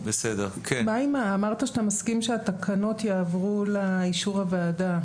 אמרת שאתה מסכים שהתקנות יעברו לאישור הוועדה.